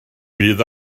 bydd